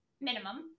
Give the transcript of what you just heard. minimum